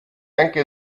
anche